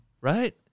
right